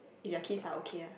if we're kids are okay lah